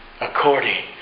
according